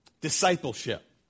Discipleship